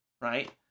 right